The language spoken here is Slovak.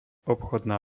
obchodná